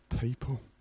people